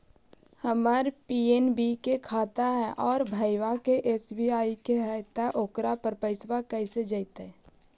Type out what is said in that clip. हमर पी.एन.बी के खाता है और भईवा के एस.बी.आई के है त ओकर पर पैसबा कैसे जइतै?